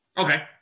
Okay